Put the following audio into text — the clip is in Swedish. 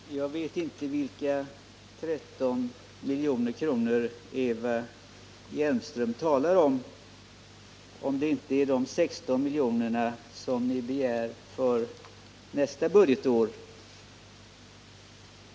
Herr talman! Jag vet inte vilka 13 milj.kr. Eva Hjelmström talar om. Är det fråga om de 16 miljoner ni begär för nästa budgetår?